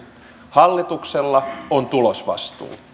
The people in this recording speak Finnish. hallituksella on tulosvastuu